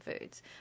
foods